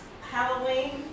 Halloween